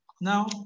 Now